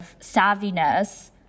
savviness